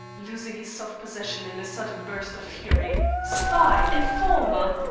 losing his self-possession in a sudden burst of fury spy! informer!